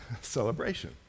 celebration